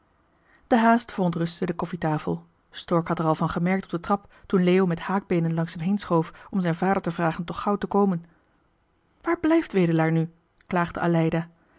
de haast verontrustte de koffietafel stork had er al van gemerkt op de trap toen leo met haakbeenen langs hem heen schoof om zijn vader te vragen toch gauw te komen waar blijft wedelaar nu klaagde aleida